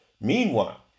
Meanwhile